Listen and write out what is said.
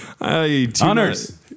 Honors